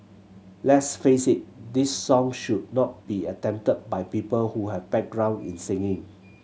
let's face it this song should not be attempted by people who have background in singing